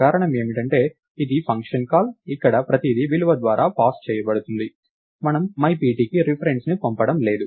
కారణం ఏమిటంటే ఇది ఫంక్షన్ కాల్ ఇక్కడ ప్రతిదీ విలువ ద్వారా పాస్ అవుతుంది మనము myPtకి రిఫరెన్స్ ను పంపడం లేదు